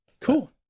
Cool